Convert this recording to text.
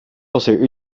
passeer